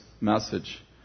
message